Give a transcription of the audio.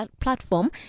platform